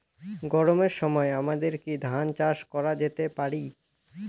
গরমের সময় আমাদের কি ধান চাষ করা যেতে পারি?